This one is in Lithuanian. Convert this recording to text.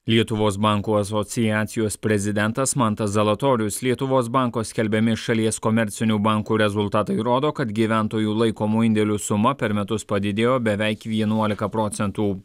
lietuvos bankų asociacijos prezidentas mantas zalatorius lietuvos banko skelbiami šalies komercinių bankų rezultatai rodo kad gyventojų laikomų indėlių suma per metus padidėjo beveik vienuolika procentų